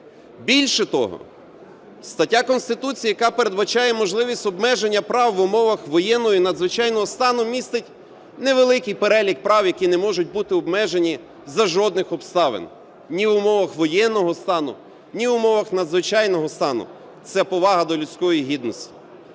Більше того, стаття Конституції, яка передбачає можливість обмеження прав в умовах воєнного і надзвичайного стану містить невеликий перелік прав, які не можуть бути обмежені за жодних обставин, ні в умовах воєнного стану, ні в умовах надзвичайного стану, – це повага до людської гідності.